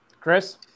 Chris